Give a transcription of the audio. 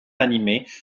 animés